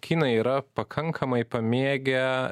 kinai yra pakankamai pamėgę